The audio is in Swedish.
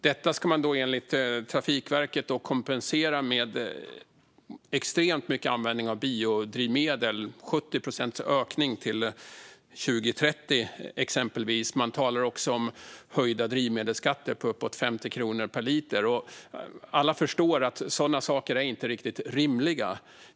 Det ska, enligt Trafikverket, kompenseras med extremt mycket användning av biodrivmedel, en ökning med 70 procent till 2030. Man talar också om höjda drivmedelsskatter, uppåt 50 kronor per liter. Alla förstår att sådana saker inte är rimliga.